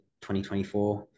2024